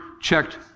checked